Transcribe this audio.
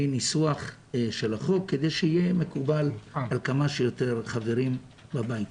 ניסוח של החוק כדי שיהיה מקובל על כמה שיותר חברים בבית.